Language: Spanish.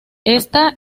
esta